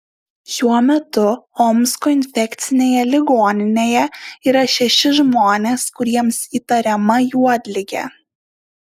šiuo metu omsko infekcinėje ligoninėje yra šeši žmonės kuriems įtariama juodligė